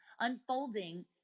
unfolding